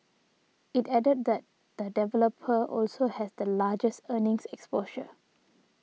it added that the developer also has the largest earnings exposure